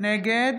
נגד